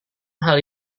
hal